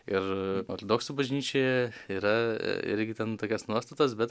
ir ortodoksų bažnyčioje yra irgi ten tokios nuostatos bet